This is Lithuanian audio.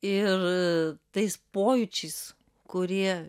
ir tais pojūčiais kurie